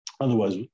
Otherwise